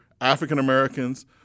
African-Americans